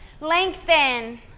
lengthen